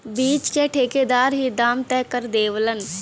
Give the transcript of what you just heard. बीच क ठेकेदार ही दाम तय कर देवलन